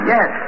Yes